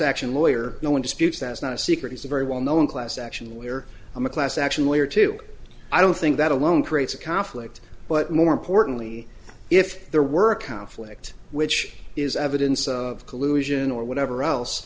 action lawyer no one disputes that it's not a secret he's a very well known class action where i'm a class action layer to i don't think that alone creates a conflict but more importantly if there were a conflict which is evidence of collusion or whatever else